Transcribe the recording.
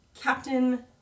Captain